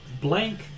Blank